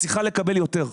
צריכה לקבל יותר,